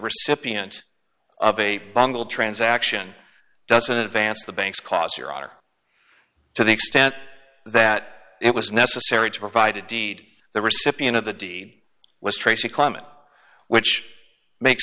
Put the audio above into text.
recipient of a bungled transaction doesn't advance the bank's cause your honor to the extent that it was necessary to provide a deed the recipient of the deed was tracy climate which makes